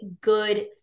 good